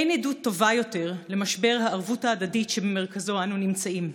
אין עדות טובה יותר למשבר הערבות ההדדית שבמרכזו אנו נמצאים.